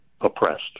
oppressed